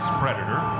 predator